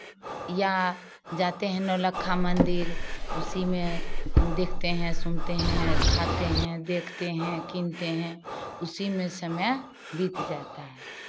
या जाते हैं नौलखा मंदिर उसी में देखते हैं सुनते हैं खाते हैं देखते हैं कीनते हैं उसी में समय बीत जाता है